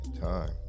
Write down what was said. time